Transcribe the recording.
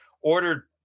ordered